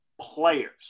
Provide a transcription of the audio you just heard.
players